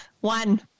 One